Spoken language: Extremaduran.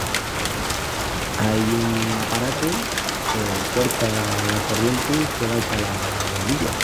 Ai un aparatu que cuerta la corrienti que vai pala bombilla.